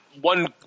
one